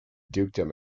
dukedom